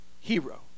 hero